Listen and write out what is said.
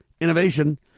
innovation